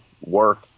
work